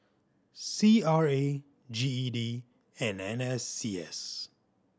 C R A G E D and N S C S